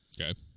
Okay